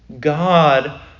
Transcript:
God